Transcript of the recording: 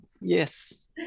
Yes